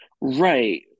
Right